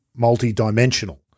multidimensional